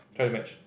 try to match